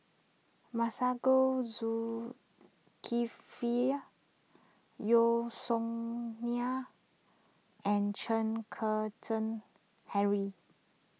Masagos Zulkifli Yeo Song Nian and Chen Kezhan Henri